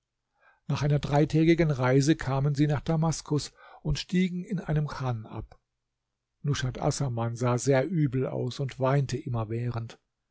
nach einer dreitägigen reise kamen sie nach damaskus und stiegen in einem chan ab nushat assaman sah sehr übel aus und weinte